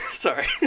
Sorry